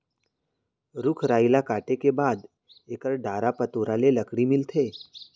रूख राई ल काटे के बाद एकर डारा पतोरा ले लकड़ी मिलथे